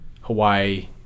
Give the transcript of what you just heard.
Hawaii